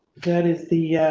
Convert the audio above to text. that is the,